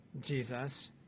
Jesus